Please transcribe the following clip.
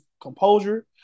composure